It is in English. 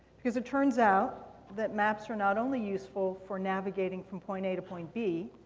because it turns out that maps are not only useful for navigating from point a to point b,